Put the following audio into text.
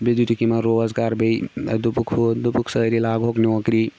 بیٚیہِ دِتِکھ یِمَن روزگار بیٚیہِ دوٚپُکھ ہُہ دوٚپُکھ سٲری لاگہوکھ نوکری